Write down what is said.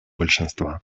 большинства